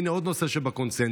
הינה עוד נושא שבקונסנזוס.